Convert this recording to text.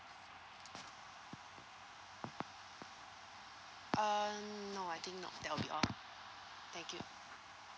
uh no I think no that'll be all thank you